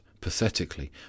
pathetically